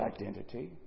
identity